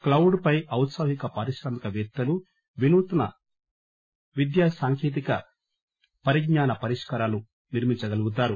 Claude పై ఔత్సాహిక పారిశ్రామిక పేత్తలు వినూత్స విద్యా సాంకేతిక పరిజ్ఞాన పరిష్కారాలు నిర్మించగలుగుతారు